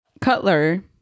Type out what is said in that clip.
Cutler